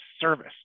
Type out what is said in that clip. service